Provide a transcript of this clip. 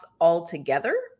altogether